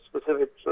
specific